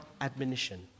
admonition